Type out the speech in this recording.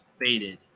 faded